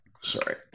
sorry